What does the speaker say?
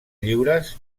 lliures